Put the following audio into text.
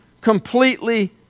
completely